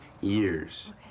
years